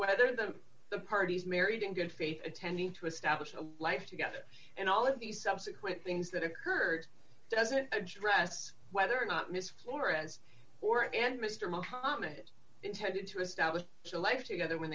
whether the the parties married in good faith attending to establish a life together and all of these subsequent things that occurred doesn't address whether or not mr flores or and mr muhammad intended to establish a life together when